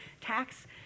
tax